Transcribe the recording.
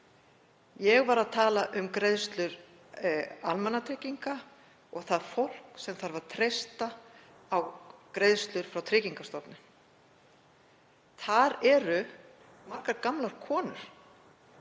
Ég var að tala um greiðslur almannatrygginga og það fólk sem þarf að treysta á greiðslur frá Tryggingastofnun. Þar eru m.a. margar gamlar konur